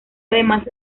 además